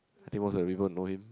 I think most of the people who know him